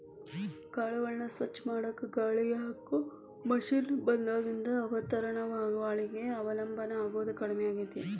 ಕಾಳುಗಳನ್ನ ಸ್ವಚ್ಛ ಮಾಡಾಕ ಗಾಳಿಗೆ ಹಾಕೋ ಮಷೇನ್ ಬಂದಾಗಿನಿಂದ ವಾತಾವರಣದ ಗಾಳಿಗೆ ಅವಲಂಬನ ಆಗೋದು ಕಡಿಮೆ ಆಗೇತಿ